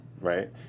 right